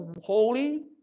holy